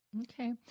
Okay